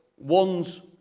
one's